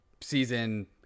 season